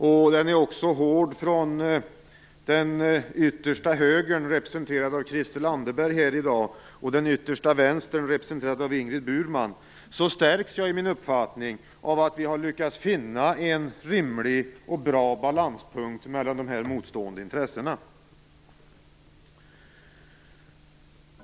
Kritiken är också hård från den yttersta högern representerad av Christel Anderberg här i dag och den yttersta vänstern representerad av Ingrid Burman. Det gör att jag stärks i min uppfattning att vi har lyckats finna en rimlig och bra balanspunkt mellan dessa motstående intressen.